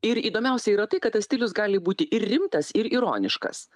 ir įdomiausia yra tai kad tas stilius gali būti ir rimtas ir ironiškas